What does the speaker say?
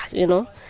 you know?